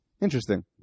Interesting